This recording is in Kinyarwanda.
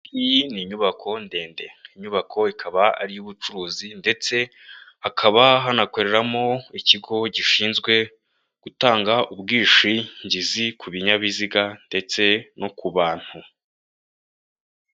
Iyi ni inyubako ndende inyubako ikaba ari iy'ubucuruzi, ndetse hakaba hanakoreramo ikigo gishinzwe gutanga ubwishingizi ku binyabiziga ndetse no ku bantu.